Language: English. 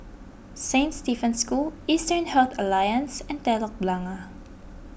Saint Stephen's School Eastern Health Alliance and Telok Blangah